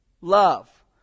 love